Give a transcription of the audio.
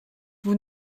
vous